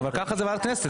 אבל ככה זה בוועדת הכנסת,